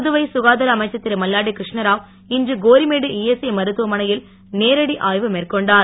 புதுவை சுகாதார அமைச்சர் திருமல்லாடி கிருஷ்ணாராவ் இன்று கோரிமேடு இஎஸ்ஐ மருத்துவமனையில் நேரடி ஆய்வு மேற்கொண்டார்